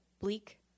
bleak